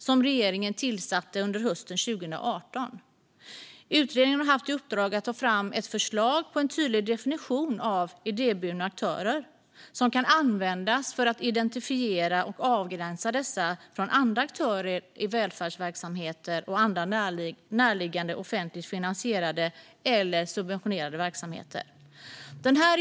Utredningen tillsattes av regeringen hösten 2018 och har haft i uppdrag att ta fram ett förslag på en tydlig definition av idéburna aktörer, vilken kan användas för att identifiera och avgränsa dessa från andra aktörer i välfärdsverksamheter och andra närliggande offentligt finansierade eller subventionerade verksamheter.